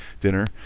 dinner